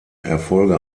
erfolge